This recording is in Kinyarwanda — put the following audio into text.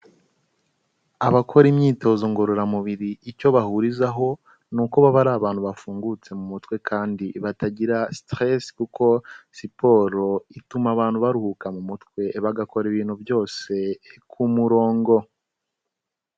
Abakora imyitozo ngororamubiri icyo bahurizaho ni uko baba ari abantu bafungutse mu mutwe kandi batagira stress kuko siporo ituma abantu baruhuka mu mutwe, bagakora ibintu byose ku murongo.